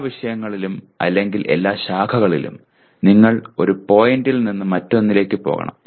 എല്ലാ വിഷയങ്ങളിലും അല്ലെങ്കിൽ എല്ലാ ശാഖകളിലും നിങ്ങൾ ഒരു പോയിന്റിൽ നിന്ന് മറ്റൊന്നിലേക്ക് പോകണം